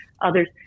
others